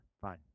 Fine